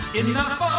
enough